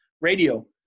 radio